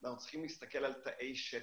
אנחנו צריכים להסתכל על תאי שטח.